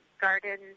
garden